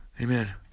amen